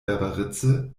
berberitze